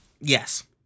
Yes